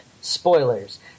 Spoilers